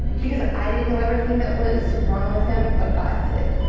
because i didn't know everything that was wrong with him, but god did.